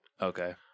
Okay